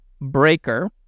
breaker